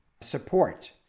support